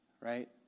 right